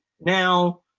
now